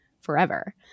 forever